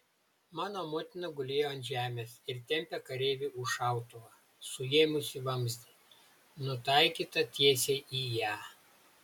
mano motina gulėjo ant žemės ir tempė kareivį už šautuvo suėmusį vamzdį nutaikytą tiesiai į ją